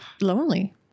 lonely